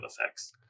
effects